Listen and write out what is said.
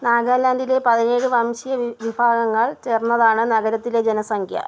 നാഗാലാൻഡിലെ പതിനേഴ് വംശീയ വിഭാഗങ്ങൾ ചേർന്നതാണ് നഗരത്തിലെ ജനസംഖ്യ